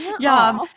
job